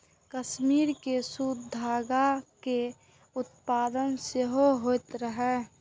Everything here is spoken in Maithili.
कश्मीर मे सूती धागा के उत्पादन सेहो होइत रहै